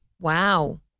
Wow